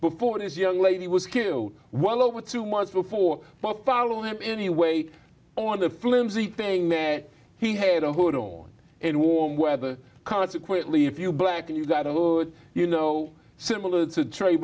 before this young lady was killed well over two months before but follow him anyway on the flimsy thing that he had a hoodie on in warm weather consequently if you black and you got a little you know similar to tra